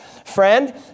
Friend